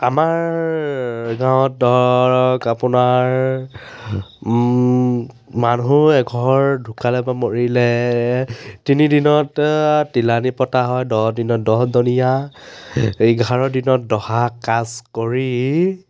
আমাৰ গাঁৱত ধৰক আপোনাৰ মানুহ এঘৰ ঢুকালে বা মৰিলে তিনি দিনত তিলনী পতা হয় দহ দিনত দহদিনীয়া এঘাৰ দিনত দহা কাজ কৰি